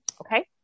Okay